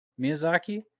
Miyazaki